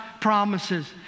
promises